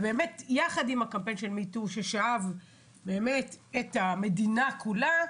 יחד עם הקמפיין של Me Too ששאב את המדינה כולה,